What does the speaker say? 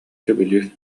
сөбүлүүр